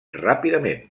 ràpidament